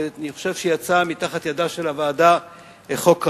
ואני חושב שיצא מתחת ידה של הוועדה חוק ראוי.